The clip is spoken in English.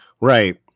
Right